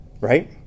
Right